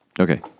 okay